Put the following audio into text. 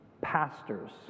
pastors